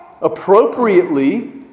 Appropriately